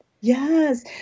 Yes